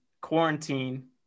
quarantine